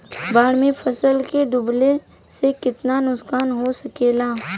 बाढ़ मे फसल के डुबले से कितना नुकसान हो सकेला?